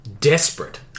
desperate